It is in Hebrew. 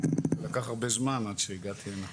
לקח הרבה זמן עד שאני הגעתי הנה.